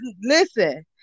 Listen